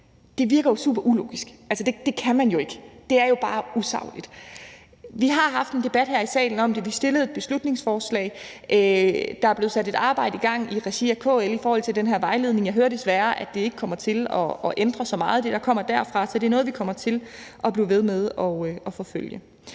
Det virker super ulogisk. Altså, det kan man jo ikke. Det er bare usagligt. Vi har haft en debat her i salen om det. Vi fremsatte et beslutningsforslag. Der er blevet sat et arbejde i gang i regi af KL i forhold til den her vejledning. Jeg hører desværre, at det, der kommer derfra, ikke kommer til at ændre så meget. Så det er noget, vi kommer til at blive ved med at forfølge.